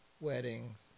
weddings